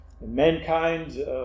mankind